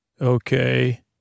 Okay